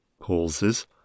pauses